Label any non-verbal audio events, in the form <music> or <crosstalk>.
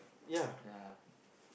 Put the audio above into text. <noise> yeah